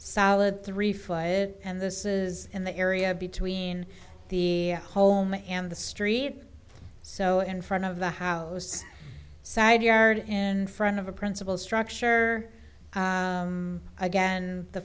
solid three foot and this is in the area between the home and the street so in front of the house side yard in front of a principal structure again the